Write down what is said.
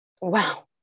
wow